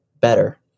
better